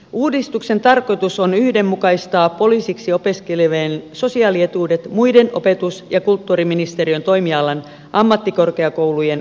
uudistuksen tarkoitus on yhdenmukaistaa poliisiksi opiskelevien sosiaalietuudet muiden opetus ja kulttuuriministeriön toimialan ammattikorkeakoulujen korkeakouluopiskelijoiden kanssa